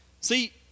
See